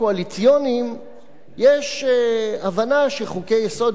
יש הבנה שחוקי-יסוד יכולים להשתנות או